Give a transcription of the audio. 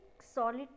solid